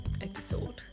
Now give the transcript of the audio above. episode